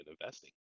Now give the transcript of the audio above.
investing